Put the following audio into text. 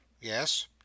Yes